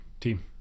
team